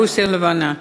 רוסיה הלבנה.